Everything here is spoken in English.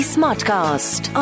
Smartcast